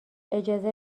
اجازه